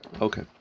Okay